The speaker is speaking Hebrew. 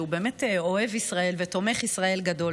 שהוא באמת אוהב ישראל ותומך ישראל גדול.